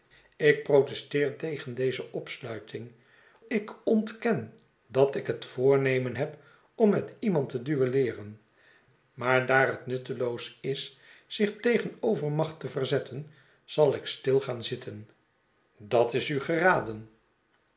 ik protesteer tegen deze opsluiting ik ontken dat ik het voornemen heb om met iemand te duelleeren maar daar het nutteloos is zich tegen overmacht te verzetten zal ik stil gaan zitten dat is u geraden